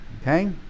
Okay